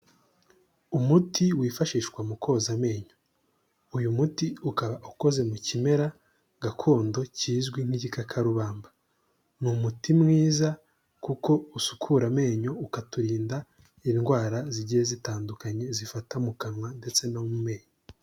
Umuti wifashishwa mu koza amenyo. Uyu muti ukaba ukoze mu kimera gakondo kizwi n'igikakarubamba. Ni umuti mwiza kuko usukura amenyo ukaturinda indwara zigiye zitandukanye, zifata mu kanwa ndetse no mu meyo.